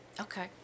Okay